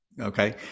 okay